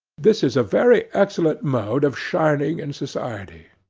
this is a very excellent mode of shining in society,